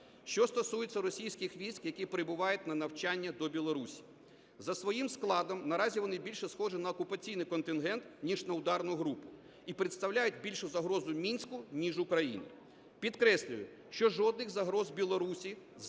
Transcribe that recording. Що стосується російських військ, які прибувають на навчання до Білорусі. За своїм складом наразі вони більше схожі на окупаційний контингент, ніж на ударну групу, і представляють більшу загрозу Мінську ніж Україні. Підкреслюю, що жодних загроз Білорусі